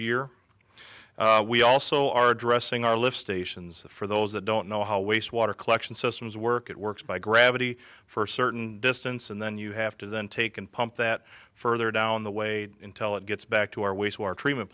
year we also are addressing our lift stations for those that don't know how wastewater collection systems work it works by gravity for a certain distance and then you have to then take and pump that further down the way intel it gets back to our wastewater treatment